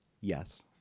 Yes